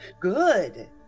good